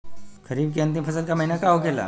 खरीफ के अंतिम फसल का महीना का होखेला?